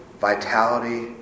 vitality